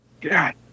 god